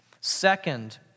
Second